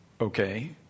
Okay